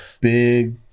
big